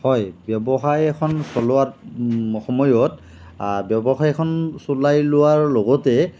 হয় ব্যৱসায় এখন চলোৱাৰ সময়ত ব্যৱসায়খন চলাই লোৱাৰ লগতে